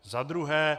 Za druhé.